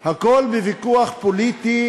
הכול בוויכוח פוליטי